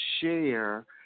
share